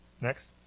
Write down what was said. Next